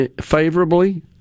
favorably